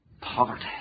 poverty